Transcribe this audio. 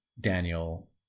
Daniel